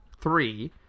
three